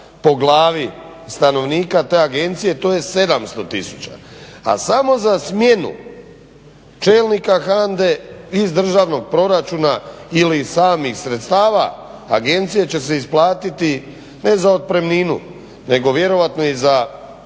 po glavi stanovnika te agencije to je 700 tisuća. A samo za smjenu čelnika HANDE iz državnog proračuna ili samih sredstava agencije će se isplatiti ne za otpremninu, nego vjerovatno i za mogući